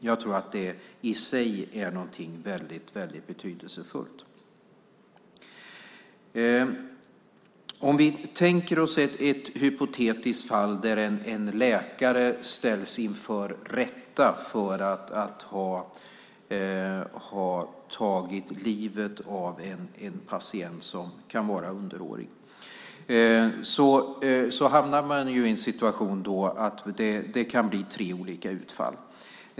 Jag tror att det i sig är något väldigt betydelsefullt. Om vi tänker oss ett hypotetiskt fall där en läkare ställs inför rätta för att ha tagit livet av en patient som kan vara underårig kan det bli tre olika utfall.